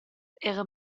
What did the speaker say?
era